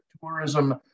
Tourism